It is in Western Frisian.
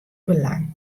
belang